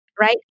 right